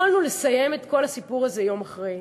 יכולנו לסיים את כל הסיפור הזה יום אחרי.